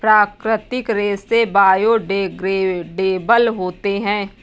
प्राकृतिक रेसे बायोडेग्रेडेबल होते है